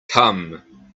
come